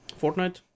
Fortnite